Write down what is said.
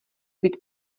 být